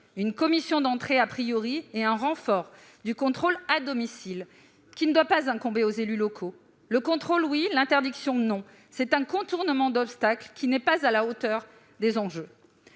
une commission d'entrée et un renforcement du contrôle à domicile, qui ne doit pas incomber aux élus locaux. Le contrôle oui, l'interdiction non ! C'est un contournement d'obstacle qui n'est pas à la hauteur des enjeux.